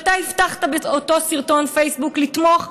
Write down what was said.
ואתה הבטחת באותו סרטון פייסבוק לתמוך,